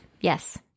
yes